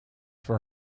for